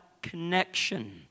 connection